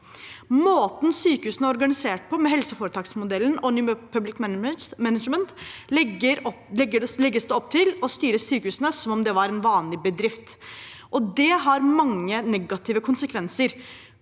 Måten sykehusene er organisert på, med helseforetaksmodellen og «new public management», legger opp til å styre sykehusene som om de var en vanlig bedrift. Det har mange negative konsekvenser.